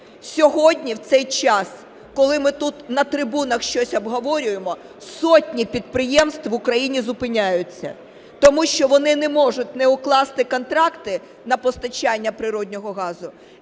Сьогодні, в цей час, коли ми тут на трибунах щось обговорюємо, сотні підприємств в Україні зупиняються, тому що вони не можуть не укласти контракти на постачання природного газу